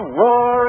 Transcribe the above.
war